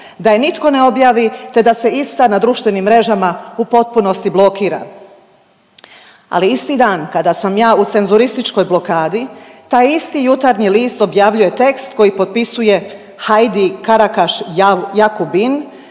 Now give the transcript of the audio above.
da je nitko ne objavi, te da se ista na društvenim mrežama u potpunosti blokira. Ali isti dan kada sam ja u cenzurističkoj blokadi, taj isti „Jutarnji list“ objavljuje tekst koji potpisuje Hajdi Karakaš Jakubin,